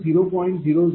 006 p